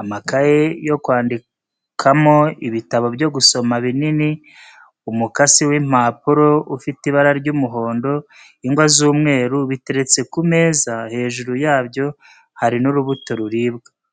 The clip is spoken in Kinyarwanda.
amakaye yo kwandikamo, ibitabo byo gusoma binini, umukasi w'impapuro ufite ibara ry'umuhondo, ingwa z'umweru, biteretse ku meza, hejuru yabyo hari n'urubuto ruribwa.